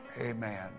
Amen